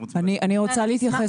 אני רוצה להתייחס.